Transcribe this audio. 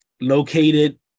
located